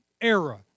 era